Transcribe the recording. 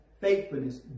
faithfulness